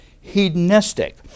hedonistic